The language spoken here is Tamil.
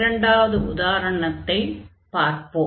இரண்டாவது உதாரணத்தைப் பார்ப்போம்